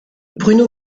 bruno